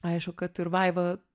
aišku kad ir vaiva